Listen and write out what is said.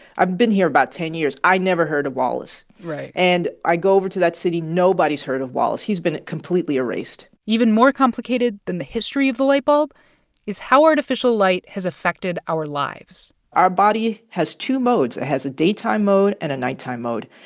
i've been here about ten years. i never heard of wallace right and i go over to that city nobody's heard of wallace. he's been completely erased even more complicated than the history of the light bulb is how artificial light has affected our lives our body has two modes. it has a daytime mode and a nighttime mode.